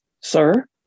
sir